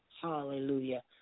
Hallelujah